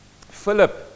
Philip